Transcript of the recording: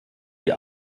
die